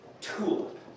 tulip